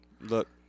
Look